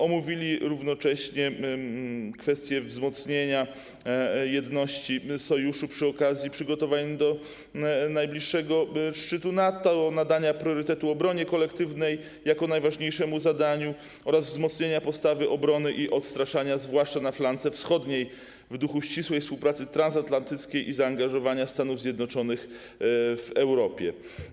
Omówili równocześnie kwestie wzmocnienia jedności Sojuszu przy okazji przygotowań do najbliższego szczytu NATO, nadania priorytetu obronie kolektywnej jako najważniejszemu zadaniu oraz wzmocnienia postawy obrony i odstraszania, zwłaszcza na flance wschodniej, w duchu ścisłej współpracy transatlantyckiej i zaangażowania Stanów Zjednoczonych w Europie.